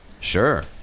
Sure